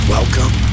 Welcome